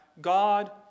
God